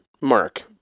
mark